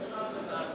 (תיקון מס' 9),